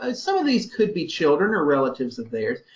ah so of these could be children or relatives of theirs,